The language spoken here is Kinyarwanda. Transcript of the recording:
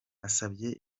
asabye